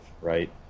Right